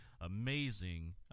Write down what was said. amazing